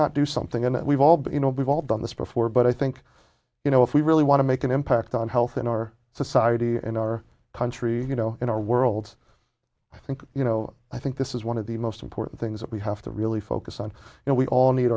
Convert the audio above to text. not do something and we've all been you know we've all done this before but i think you know if we really want to make an impact on health in our society in our country you know in our world i think you know i think this is one of the most important things that we have to really focus on and we all need